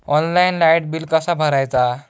Online light bill कसा भरायचा?